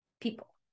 People